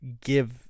give